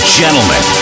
gentlemen